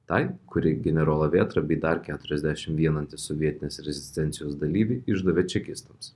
tai kuri generolą vėtrą bei dar keturiasdešim vieną antisovietinės rezistencijos dalyvį išdavė čekistams